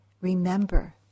remember